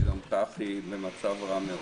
שגם כך היא במצב רע מאוד.